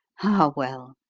ah, well,